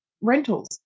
rentals